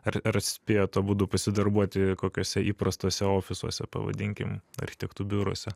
ar spėjot abudu pasidarbuoti kokiuose įprastuose ofisuose pavadinkim architektų biuruose